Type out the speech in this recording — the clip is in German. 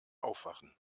aufwachen